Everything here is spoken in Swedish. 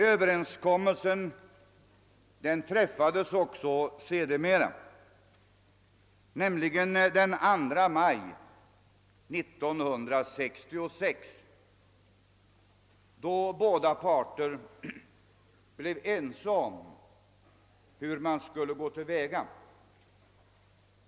Överenskommelse träffades sedermera, nämligen den 2 maj 1966, då parterna blev överens om hur man skulle gå till väga.